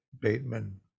Bateman